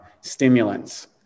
stimulants